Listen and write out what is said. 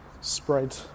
spread